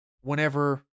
whenever